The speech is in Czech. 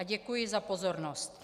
Děkuji za pozornost.